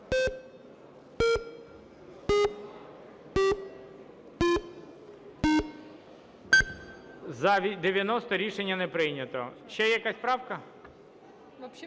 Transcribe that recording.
За-90 Рішення не прийнято. Ще якась правка?